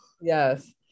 Yes